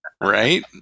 Right